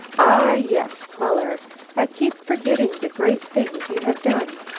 ah, yes, muller i keep forgetting the great things you have done.